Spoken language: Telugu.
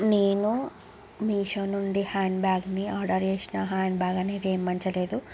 నేను మీషో నుండి హ్యాండ్బ్యాగ్ని ఆర్డర్ చేసాను ఆ హ్యాండ్బ్యాగ్ అనేది ఏం మంచిగా లేదు